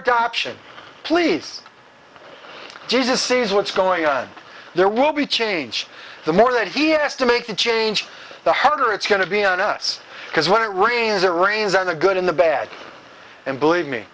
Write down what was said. adoption please jesus sees what's going on there will be change the more that he has to make the change the how do it's going to be on us because when it rains or rains on the good in the bad and believe me